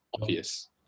obvious